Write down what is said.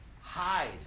hide